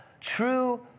true